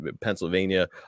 Pennsylvania